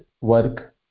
work